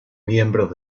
miembros